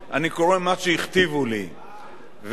וההכתבה היתה עתניאל שנלר.